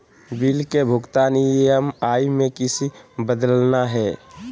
Bill के भुगतान EMI में किसी बदलना है?